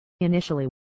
Initially